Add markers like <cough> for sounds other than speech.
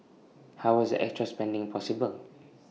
how was the extra spending possible <noise>